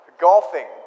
Golfing